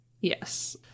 Yes